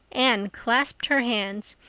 anne clasped her hands.